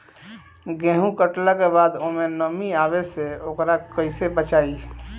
गेंहू कटला के बाद ओमे नमी आवे से ओकरा के कैसे बचाई?